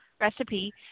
recipe